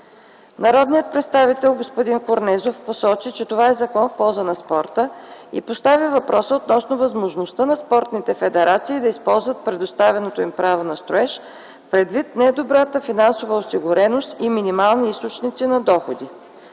Народният представител Любен Корнезов посочи, че това е закон в полза на спорта и постави въпроса относно възможността на спортните федерации да използват предоставеното им право на строеж, предвид недобрата им финансова осигуреност и минимални източници на доходи.